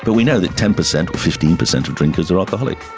but we know that ten percent or fifteen percent of drinkers are alcoholic.